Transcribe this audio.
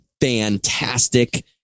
fantastic